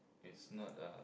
it's not a